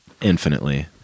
infinitely